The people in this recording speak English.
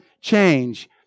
change